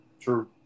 True